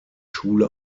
schule